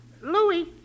Louis